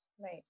Right